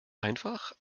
einfach